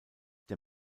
der